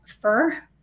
fur